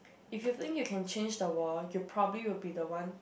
if you think you can change the world you probably will be the one